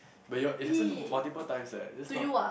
but your it happen multiple times eh it's just not